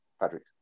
Patrick